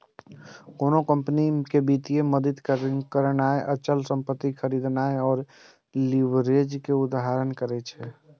कोनो कंपनी कें वित्तीय मदति करनाय, अचल संपत्ति खरीदनाय लीवरेज के उदाहरण छियै